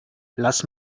lass